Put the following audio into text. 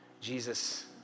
Jesus